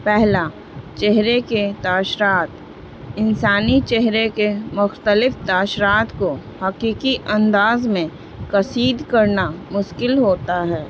پہلا چہرے کے تاشرات انسانی چہرے کے مختلف تاشرات کو حقیقی انداز میں کسیید کرنا مسکل ہوتا ہے